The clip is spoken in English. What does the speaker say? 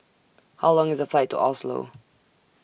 How Long IS The Flight to Oslo